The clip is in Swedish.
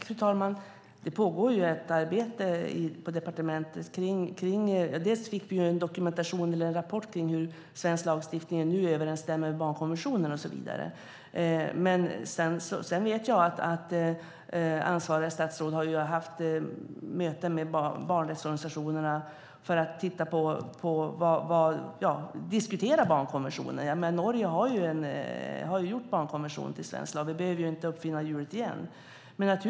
Fru talman! Det pågår ett arbete på departementet. Bland annat har vi fått en rapport om hur svensk lagstiftning nu överensstämmer med barnkonventionen. Sedan vet jag att ansvarigt statsråd har haft möten med barnrättsorganisationerna för att diskutera barnkonventionen. Norge har införlivat barnkonventionen i norsk lag. Vi behöver inte uppfinna hjulet igen.